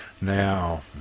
Now